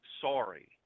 sorry